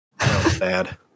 sad